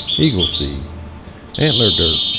eagle seed antler dirt